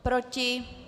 Proti?